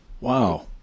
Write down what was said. Wow